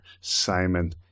Simon